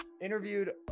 interviewed